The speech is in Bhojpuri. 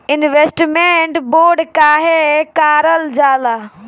इन्वेस्टमेंट बोंड काहे कारल जाला?